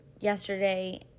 yesterday